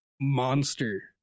monster